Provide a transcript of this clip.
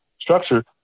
structure